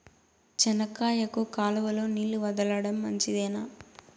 చెనక్కాయకు కాలువలో నీళ్లు వదలడం మంచిదేనా?